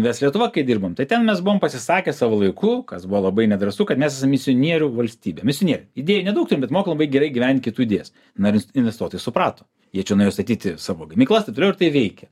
nes lietuva kai dirbom tai ten mes buvom pasisakę savo laiku kas buvo labai nedrąsu kad mes esam misionierių valstybė misionierių idėjų nedaug turim bet mokam labai gerai įgyvendint kitų idėjas na ir in investuotojai suprato jie čionai norėjo statyti savo gamyklas taip toliau ir tai veikia